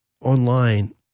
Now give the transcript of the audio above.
online